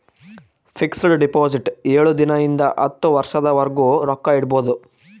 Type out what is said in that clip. fix deposit ಏಳು ದಿನ ಇಂದ ಹತ್ತು ವರ್ಷದ ವರ್ಗು ರೊಕ್ಕ ಇಡ್ಬೊದು